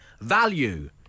Value